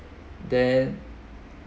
then